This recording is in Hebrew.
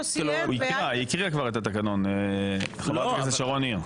היא הקריאה כבר את התקנון, חברת הכנסת שרון ניר.